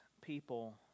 people